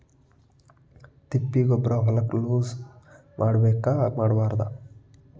ತಿಪ್ಪಿಗೊಬ್ಬರ ಹೊಲಕ ಯೂಸ್ ಮಾಡಬೇಕೆನ್ ಮಾಡಬಾರದು?